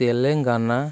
Telangana